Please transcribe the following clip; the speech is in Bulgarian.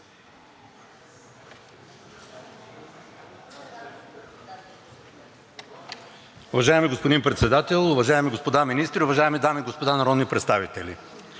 Уважаеми господин Председател, уважаеми господа министри, уважаеми дами и господа народни представители!